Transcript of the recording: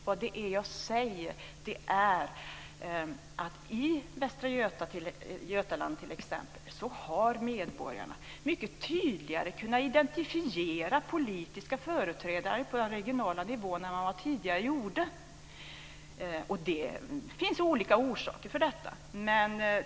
Vad jag säger är att i t.ex. Västra Götaland har medborgarna mycket tydligare kunnat identifiera politiska företrädare på den regionala nivån än vad man tidigare gjorde. Det finns olika orsaker till detta.